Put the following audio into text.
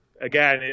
again